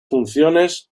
funciones